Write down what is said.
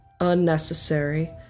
unnecessary